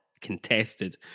contested